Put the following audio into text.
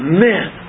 Amen